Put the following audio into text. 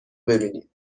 ببینید